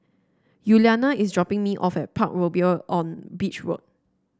Yuliana is dropping me off at Parkroyal on Beach Road